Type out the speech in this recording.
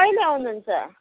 कहिले आउनुहुन्छ